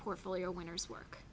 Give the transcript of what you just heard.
portfolio winners work